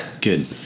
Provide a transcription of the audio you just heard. Good